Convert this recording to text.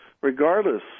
regardless